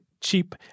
cheap